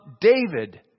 David